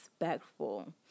respectful